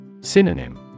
Synonym